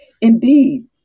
Indeed